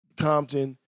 Compton